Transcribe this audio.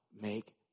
make